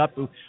up